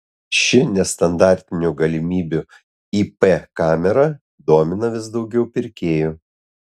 šį nestandartinių galimybių ip kamera domina vis daugiau pirkėjų